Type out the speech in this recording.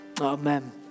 Amen